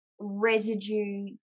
residue